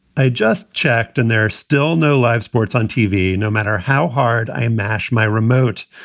i just checked and there are still no live sports on t. v. no matter how hard i smash my remote,